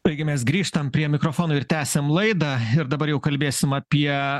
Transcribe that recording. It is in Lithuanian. taigi mes grįžtam prie mikrofono ir tęsiam laidą ir dabar jau kalbėsim apie